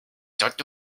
sont